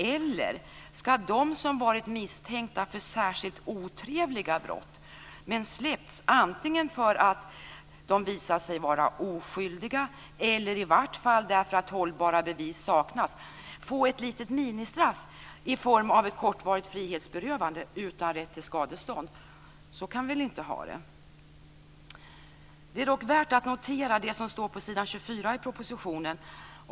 Eller skall de som varit misstänkta för särskilt otrevliga brott men som släppts antingen för att de visat sig vara oskyldiga eller i vart fall därför att hållbara bevis saknas få ett litet ministraff i form av ett kortvarigt frihetsberövande utan rätt till skadestånd? Så kan vi inte ha det. Det är dock värt att notera det som står på s. 24 i propositionen.